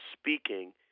speaking